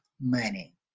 money